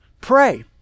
pray